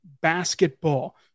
basketball